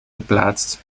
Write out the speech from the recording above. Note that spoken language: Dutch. geplaatst